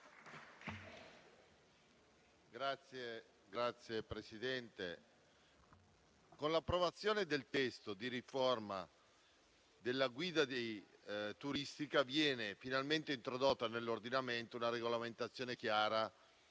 Signor Presidente, con l'approvazione del testo di riforma della guida turistica viene finalmente introdotta nell'ordinamento una regolamentazione chiara